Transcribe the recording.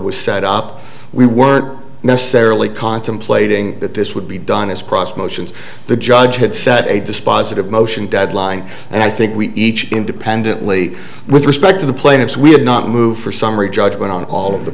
was set up we weren't necessarily contemplating that this would be done as prost motions the judge had set a dispositive motion deadline and i think we each independently with respect to the plaintiffs we have not moved for summary judgment on all